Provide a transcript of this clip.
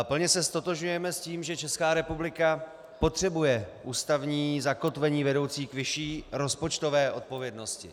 Plně se ztotožňujeme s tím, že Česká republika potřebuje ústavní zakotvení vedoucí k vyšší rozpočtové odpovědnosti.